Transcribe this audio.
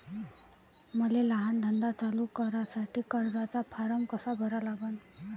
मले लहान धंदा चालू करासाठी कर्जाचा फारम कसा भरा लागन?